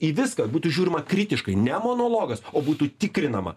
į viską būtų žiūrima kritiškai ne monologas o būtų tikrinama